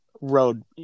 road